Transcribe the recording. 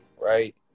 right